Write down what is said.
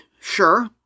sure